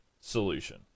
solution